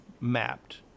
mapped